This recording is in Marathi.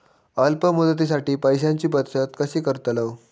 अल्प मुदतीसाठी पैशांची बचत कशी करतलव?